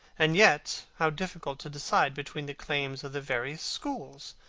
and yet how difficult to decide between the claims of the various schools!